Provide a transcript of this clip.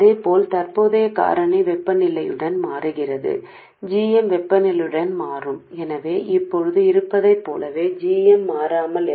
అదేవిధంగా ఉష్ణోగ్రతతో ప్రస్తుత కారకాల మార్పులకు జిఎమ్ ఉష్ణోగ్రతతో మారుతుంది